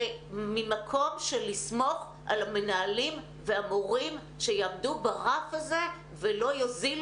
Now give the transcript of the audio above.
זה ממקום של לסמוך על המנהלים והמורים שיעמדו ברף הזה ולא יוזילו